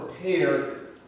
prepared